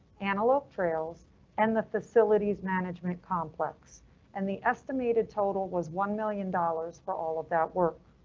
antelope trails and the facilities management complex and the estimated total was one million dollars for all of that work.